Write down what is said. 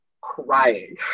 crying